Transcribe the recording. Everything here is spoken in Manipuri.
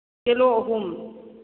ꯀꯤꯂꯣ ꯑꯍꯨꯝ